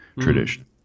tradition